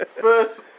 first